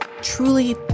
truly